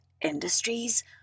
industries